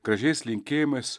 gražiais linkėjimais